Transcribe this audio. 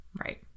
Right